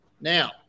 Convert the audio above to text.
Now